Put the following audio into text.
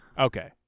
Okay